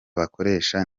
bakoresheje